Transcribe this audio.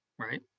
right